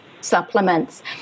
supplements